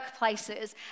workplaces